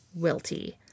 wilty